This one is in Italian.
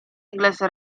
inglese